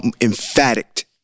emphatic